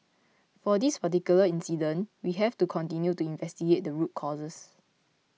for this particular incident we have to continue to investigate the root causes